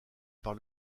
par